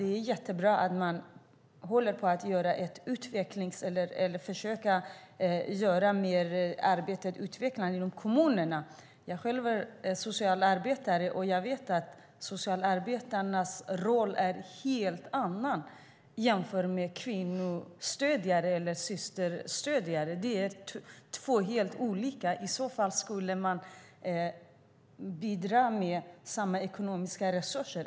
Det är jättebra att man försöker arbeta mer utvecklande inom kommunerna. Jag är själv socialarbetare och vet att socialarbetarnas roll är en helt annan än en kvinnostödjares eller systerstödjares. Det är två helt olika roller. I så fall skulle man bidra med samma ekonomiska resurser.